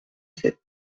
sept